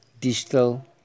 Digital